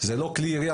זה לא כלי ירייה,